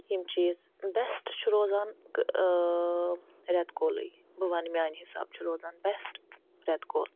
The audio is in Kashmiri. یِم چیٖز بٮ۪سٹ چھِ روزان رٮ۪تہٕ کولٕے بہٕ وَنہٕ میانہِ حِسابہٕ چھِ روزان بٮ۪سٹ رٮ۪تہٕ کول